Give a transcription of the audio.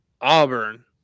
Auburn